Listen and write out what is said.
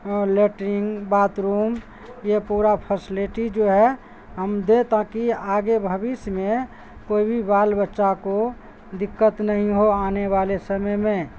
latrine bathroom یہ پورا پھسلیٹی جو ہے ہم دے تاکہ آگے بھوس میں کوئی بھی بال بچہ کو دقت نہیں ہو آنے والے سمے میں